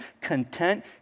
content